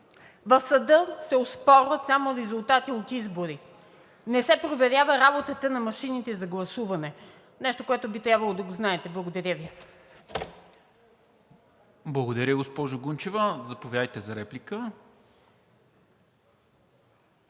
В съда се оспорват само резултати от избори, не се проверява работата на машините за гласуване – нещо, което би трябвало да знаете. Благодаря Ви. ПРЕДСЕДАТЕЛ НИКОЛА МИНЧЕВ: Благодаря, госпожо Гунчева. Заповядайте за реплика.